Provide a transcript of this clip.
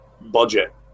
budget